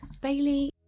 Bailey